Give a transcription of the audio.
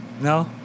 no